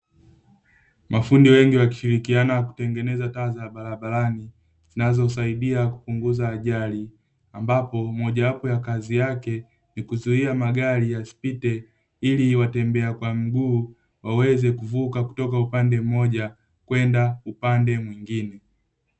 Mafundi wengi wakishirikiana kutengeneza taa za barabarani, zinazosaidia kupunguza ajali ambapo moja wapo ya kazi yake ni kuzuia magari yasipite, ili watembea kwa miguu waweze kuvuka kutoka upande mmoja kwenda upande mwingine.